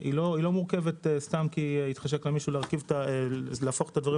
היא לא סתם כי התחשק למישהו להפוך את הדברים